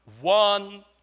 one